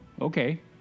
okay